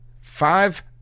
five